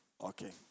Okay